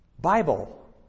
Bible